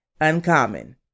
uncommon